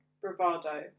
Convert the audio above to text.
Bravado